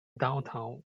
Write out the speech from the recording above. downtown